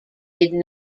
did